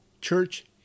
church